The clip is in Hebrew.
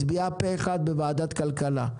קואליציה מצביעה פה אחד בוועדת כלכלה.